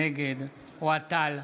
נגד אוהד טל,